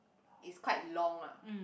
is quite long lah